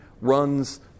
runs